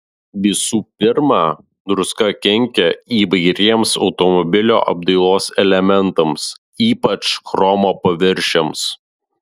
visų pirma druska kenkia įvairiems automobilio apdailos elementams ypač chromo paviršiams